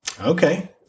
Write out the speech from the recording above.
Okay